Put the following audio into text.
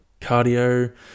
Cardio